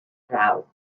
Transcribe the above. draw